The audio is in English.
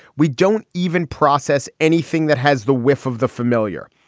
we don't even process anything that has the whiff of the familiar.